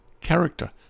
character